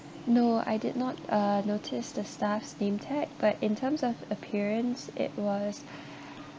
no I did not uh notice the staff's name tag but in terms of appearance it was